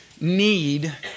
need